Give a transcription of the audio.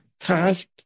task